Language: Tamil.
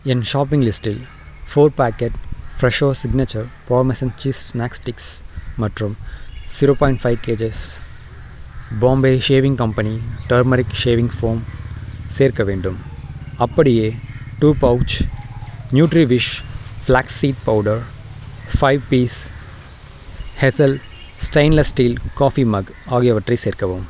என் ஷாப்பிங் லிஸ்டில் four packet Fresho signature parmesan cheese snacks sticks மற்றும் zero point five kgs Bombay shaving company turmeric shaving foam சேர்க்க வேண்டும் அப்படியே two pouch Nutriwish flaxseed powder five piece Hafele stainless steel coffee mug ஆகியவற்றை சேர்க்கவும்